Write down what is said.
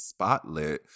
spotlit